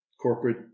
corporate